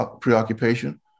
preoccupation